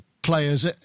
players